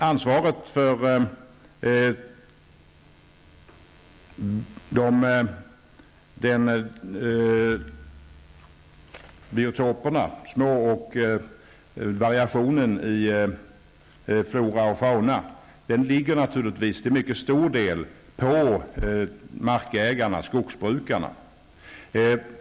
Ansvaret för biotoperna och variationen i flora och fauna ligger naturligtvis till mycket stor del på markägarna, skogsbrukarna.